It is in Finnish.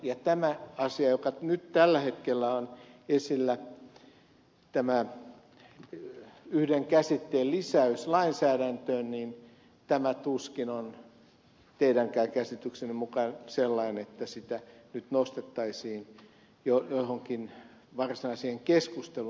ja tämä asia joka nyt tällä hetkellä on esillä yhden käsitteen lisäys lainsäädäntöön tuskin on teidänkään käsityksenne mukaan sellainen että sitä nyt nostettaisiin johonkin varsinaiseen keskusteluun